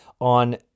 On